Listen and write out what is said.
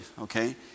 okay